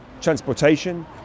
transportation